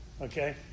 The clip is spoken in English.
okay